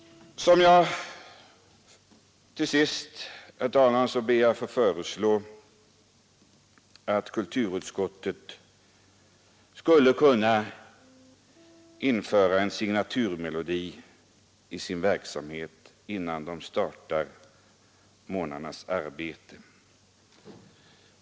Till sist, herr talman, ber jag att få föreslå att kulturutskottet inför en signaturmelodi i sin verksamhet innan det startar morgonens arbete.